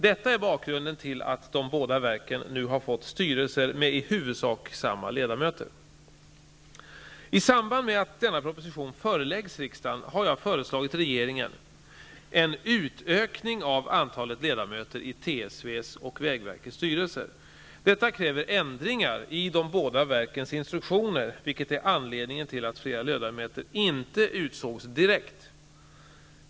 Detta är bakgrunden till att de båda verken nu har fått styrelser med i huvudsak samma ledamöter. I samband med att denna proposition föreläggs riksdagen har jag föreslagit regeringen en utökning av antalet ledamöter i TSV:s och vägverkets styrelser. Detta kräver ändringar i de båda verkens instruktioner, vilket är anledningen till att flera ledamöter inte utsågs direkt.